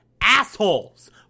assholes